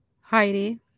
Heidi